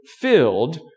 filled